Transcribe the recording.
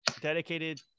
dedicated